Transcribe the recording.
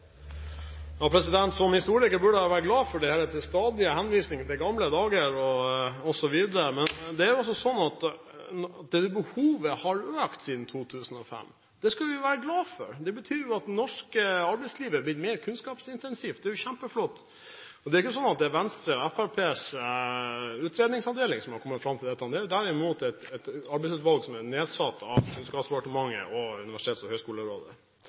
Som historiker burde jeg ha vært glad for disse stadige henvisningene til gamle dager osv. Men det er også sånn at behovet har økt siden 2005. Det skulle vi være glad for. Det betyr jo at det norske arbeidslivet blir mer kunnskapsintensivt. Det er kjempeflott. Det er ikke sånn at det er Venstres eller Fremskrittspartiets utredningsavdeling som har kommet fram til dette. Det er derimot et arbeidsutvalg som er nedsatt av Kunnskapsdepartementet og Universitets- og høgskolerådet.